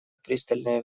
пристальное